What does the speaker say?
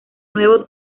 nuevo